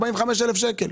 הוא מרוויח 45,000 שקל.